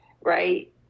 right